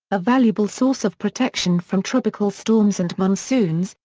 a valuable source of protection from tropical storms and monsoons,